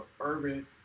urban